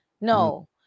No